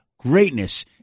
greatness